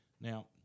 Now